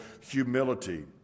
humility